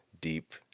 deep